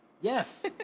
Yes